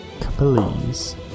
please